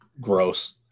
gross